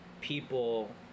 people